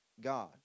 God